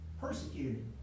persecuted